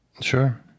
sure